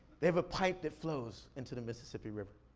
they have a pipe that flows into the mississippi river.